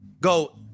go